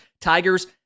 tigers